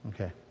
Okay